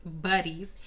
buddies